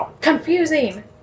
confusing